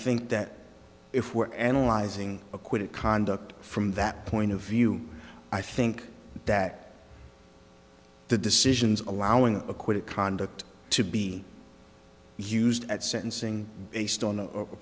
think that if we're analyzing acquitted conduct from that point of view i think that the decisions allowing acquit conduct to be used at sentencing based on